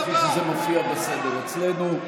כפי שזה מופיע בסדר אצלנו.